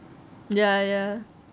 ya ya